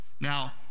Now